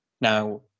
Now